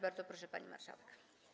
Bardzo proszę, pani marszałek.